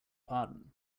pardon